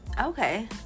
Okay